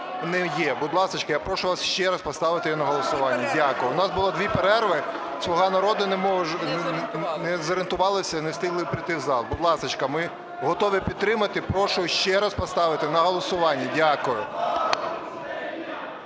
не є. Будь ласочка, я прошу вас ще раз поставити його на голосування. Дякую. У нас було дві перерви, "Слуга народу" не зорієнтувалися і не встигли прийти в зал. Будь ласочка, ми готові підтримати. Прошу ще раз поставити на голосування. Дякую.